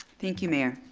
thank you mayor.